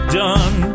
done